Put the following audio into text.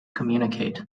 communicate